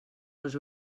les